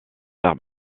arts